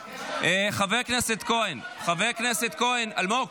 חבר הכנסת כהן, חבר הכנסת כהן, אלמוג,